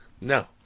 No